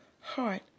heart